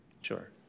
Sure